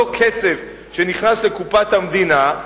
אותו כסף שנכנס לקופת המדינה,